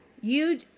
You